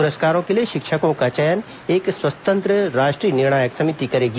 पुरस्कारों के लिए शिक्षकों का चयन एक स्वतंत्र राष्ट्रीय निर्णायक समिति करेगी